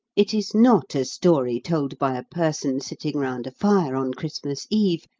it is not a story told by a person sitting round a fire on christmas eve,